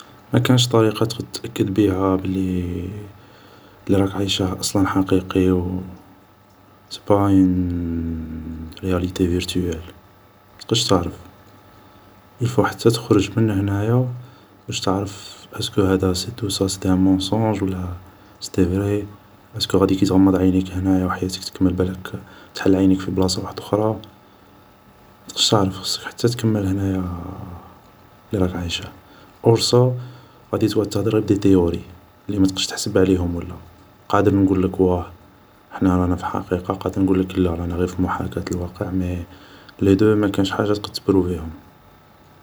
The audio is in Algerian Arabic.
مكانش طريقة تقد تأكد بيها بلي لي راك عيشه أصلا حقيقي و سي با اون رياليتي فرتوال ما تقدش تعرف إل فو حتى تخرج من هنايا باش تعرف اسكو هدا توسا سيتي ان مونسونج ولا سيتي فري اسكو غادي كي تغمض عينيك هنايا و حياتك تكمل بلاك تحل عينيك في بلاصة اخرى ماتقدش تعرف خصك حتى تكمل هنايا لي راك عايشها اور سا غادي تڨعد تهدر غير دي تيوري لي متقدش تحسب عليهم ولا قادر نڨولك واه حنا رانا في حقيقة قادر نڨولك لا رانا غير في محاكات الواقع مي لي دو مكانش حاجة تقد تبروفيهم